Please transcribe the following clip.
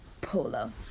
Polo